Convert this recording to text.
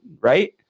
Right